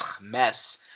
mess